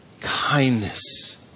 kindness